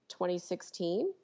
2016